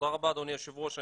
רבה אדוני היושב ראש,